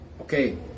okay